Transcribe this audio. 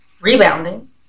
rebounding